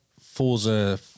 Forza